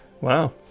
Wow